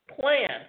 plan